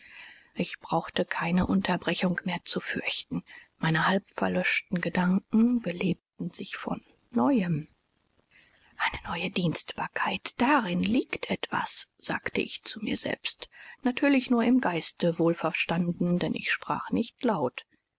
ich brauchte keine unterbrechung mehr zu fürchten meine halbverlöschten gedanken belebten sich von neuem eine neue dienstbarkeit darin liegt etwas sagte ich zu mir selbst natürlich nur im geiste wohlverstanden denn ich sprach nicht laut